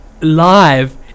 live